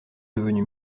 devenus